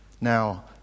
Now